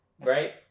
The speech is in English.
Right